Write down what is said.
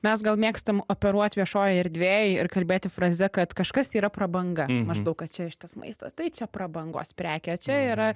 mes gal mėgstam operuot viešojoj erdvėj ir kalbėti frazė kad kažkas yra prabanga maždaug kad čia šitas maistas tai čia prabangos prekė čia yra